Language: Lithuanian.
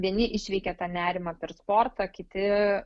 vieni išveikia tą nerimą per sportą kiti